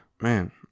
man